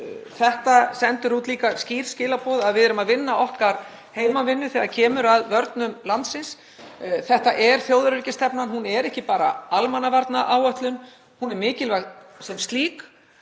þetta sendir líka skýr skilaboð, að við séum að vinna okkar heimavinnu þegar kemur að vörnum landsins. Þetta er þjóðaröryggisstefnan. Hún er ekki bara almannavarnaáætlun. Hún er mikilvæg sem slík